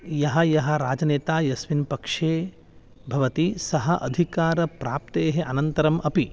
यः यः राजनेता यस्मिन् पक्षे भवति सः अधिकारप्राप्तेः अनन्तरम् अपि